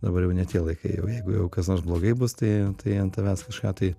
dabar jau ne tie laikai jau jeigu jau kas nors blogai bus tai tai ant tavęs kažką tai